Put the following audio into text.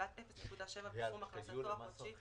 בקבלת זכויות לרווחים בחברה (בסעיף זה,